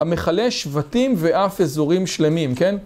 המכלה שבטים ואף אזורים שלמים, כן?